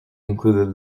include